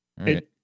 right